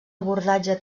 abordatge